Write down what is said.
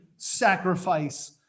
sacrifice